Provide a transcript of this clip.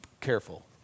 careful